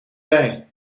wei